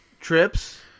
trips